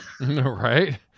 right